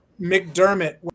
McDermott